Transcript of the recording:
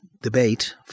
debate